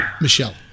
Michelle